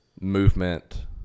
movement